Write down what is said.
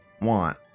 want